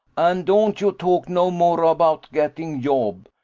and don't you talk no more about gatting yob.